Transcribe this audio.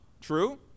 True